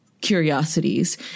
curiosities